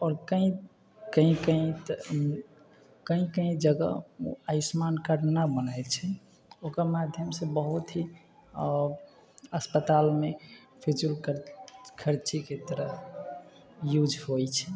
आओर कहीँ कहीँ कहीँ तऽ कहीँ कहीँ जगह आयुष्मान कार्ड नहि बनै छै ओकर माध्यमसँ बहुत ही अस्पतालमे फिजूलखर्चीके तरह यूज होइ छै